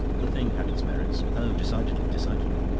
the thing had its merits. oh, decidedly, decidedly!